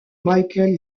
michael